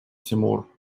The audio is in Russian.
тимур